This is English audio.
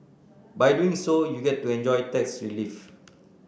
by doing so you get to enjoy tax relief